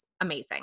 amazing